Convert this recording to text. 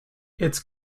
its